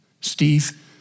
Steve